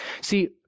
See